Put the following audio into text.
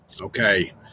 Okay